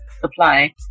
supply